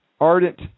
ardent